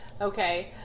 okay